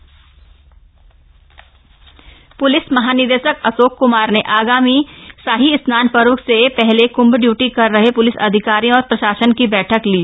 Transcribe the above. प्रतिस महानिदेशक प्लिस महानिदेशक अशोक क्मार ने आगामी शाही स्नान पर्व से पहले कंभ इयूटी कर रहे प्लिस अधिकारियों और प्रशासन की बैठक ली